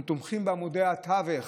אנחנו תומכים בעמודי התווך